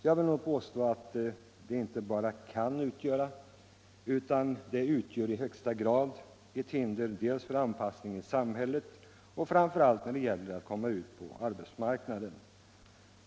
Jag vill nog påstå att det inte bara kan utgöra ett hinder, utan det utgör i högsta grad ett hinder för anpassningen i samhället, framför allt när det gäller att komma ut på arbetsmarknaden.